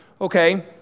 okay